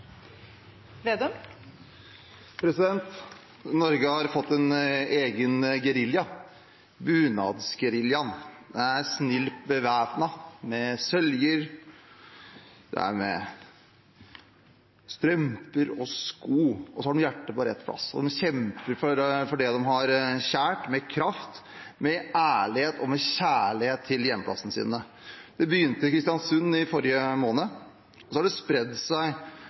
Norge har fått en egen gerilja, bunadsgeriljaen. De er snilt bevæpnet, med søljer, med strømper og sko. De har hjertet på rett plass, og de kjemper for det de har kjært, med kraft, med ærlighet og med kjærlighet til hjemplassene sine. Det begynte i Kristiansund i forrige måned, og så har det spredd seg